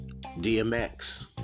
DMX